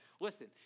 listen